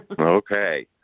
Okay